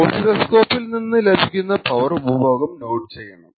ഓസില്ലോസ്കോപ്പിൽ നിന്ന് ലഭിക്കുന്ന പവർ ഉപഭോഗം നോട്ട് ചെയ്യണം